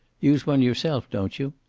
use one yourself, don't you?